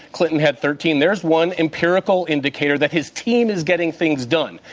clinton had thirteen. there's one empirical indicator that his team is getting things done.